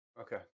Okay